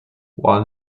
while